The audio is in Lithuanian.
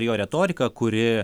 jo retoriką kuri